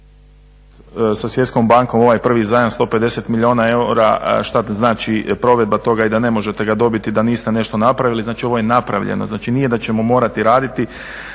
put sa Svjetskom bankom ovaj prvi zajam 150 milijuna eura šta znači provedba toga i da ne možete ga dobiti da niste nešto napravili. Znači ovo je napravljeno, znači nije da ćemo morati raditi.